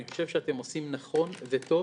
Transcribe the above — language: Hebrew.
אני חושב שאתם עושים נכון וטוב